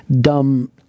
dumb